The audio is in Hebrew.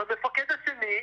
המפקד השני,